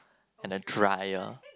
and a drier